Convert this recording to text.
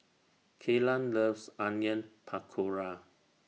Kelan loves Onion Pakora